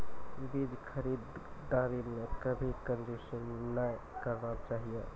बीज खरीददारी मॅ कभी कंजूसी नाय करना चाहियो